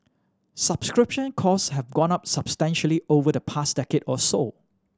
subscription cost have gone up substantially over the past decade or so